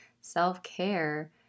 self-care